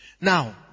Now